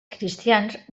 cristians